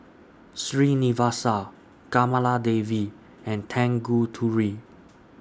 Srinivasa Kamaladevi and Tanguturi